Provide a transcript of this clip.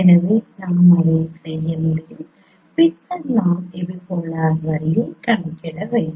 எனவே நாம் அதை செய்ய முடியும் பின்னர் நாம் எபிபோலார் வரியை கணக்கிட வேண்டும்